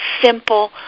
simple